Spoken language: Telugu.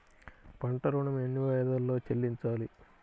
పంట ఋణం ఎన్ని వాయిదాలలో చెల్లించాలి?